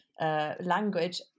language